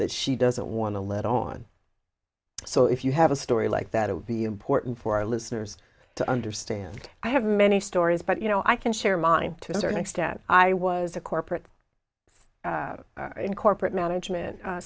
that she doesn't want to let on so if you have a story like that it would be important for our listeners to understand i have many stories but you know i can share mine to a certain extent i was a corporate in corporate management